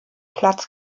platz